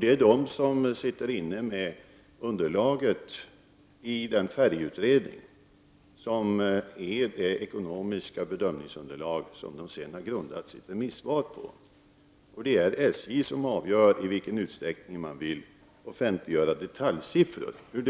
Det är SJ som har underlaget till den färjeutredning som är det ekonomiska bedömningsunderlag som SJ sedan har grundat sitt remissvar på. Det är SJ som avgör i vilken utsträckning man vill offentliggöra detaljsiffror.